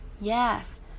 Yes